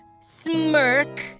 Smirk